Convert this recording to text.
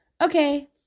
Okay